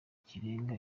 kirenga